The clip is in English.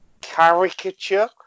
caricature